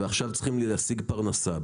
ועכשיו צריכים להשיג פרנסה.